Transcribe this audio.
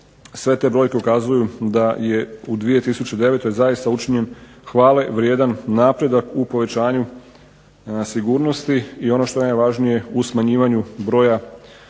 sve te brojke ukazuju da je u 2009. zaista učinjen hvalevrijedan napredak u povećanju sigurnosti i ono što je najvažnije, u smanjivanju broja